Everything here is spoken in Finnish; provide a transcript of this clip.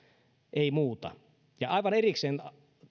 ei muuta ja aivan erikseen